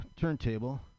turntable